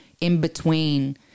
in-between